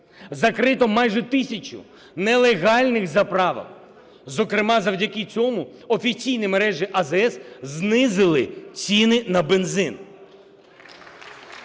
Закрито майже тисячу нелегальних заправок. Зокрема, завдяки цьому офіційні мережі АЗС знизили ціни на бензин.